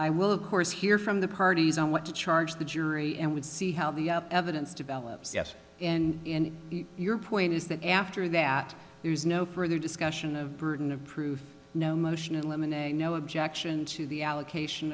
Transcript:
will of course hear from the parties on what to charge the jury and would see how the evidence develops yes and your point is that after that there is no further discussion of burden of proof no motion eliminate no objection to the allocation